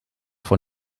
von